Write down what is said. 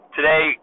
Today